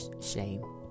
shame